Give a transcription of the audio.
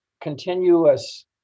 continuous